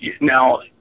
Now